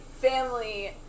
family